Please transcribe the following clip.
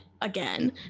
again